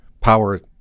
power